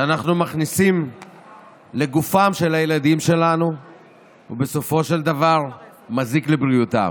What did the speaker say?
שאנחנו מכניסים לגופם של הילדים שלנו בסופו של דבר מזיקים לבריאותם.